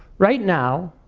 right now,